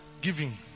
giving